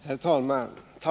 Herr talman!